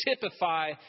typify